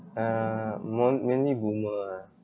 uh mon~ mainly boomer ah